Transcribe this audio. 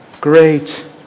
great